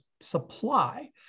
supply